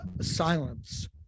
silence